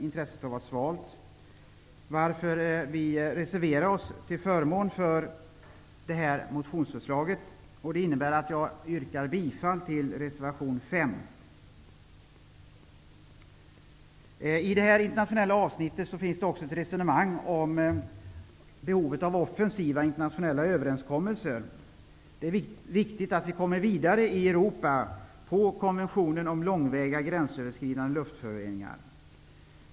Intresset har varit svalt, varför vi reserverar oss till förmån för det motionsförslaget. Det innebär att jag yrkar bifall till reservation 5. I avsnittet om internationella frågor finns det ett resonemang om behovet av offensiva internationella överenskommelser. Det är viktigt att vi arbetar vidare i Europa om konventionen om långa gränsöverskridande luftföroreningar.